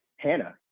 Hannah